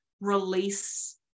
release